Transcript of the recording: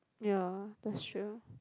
ya that's true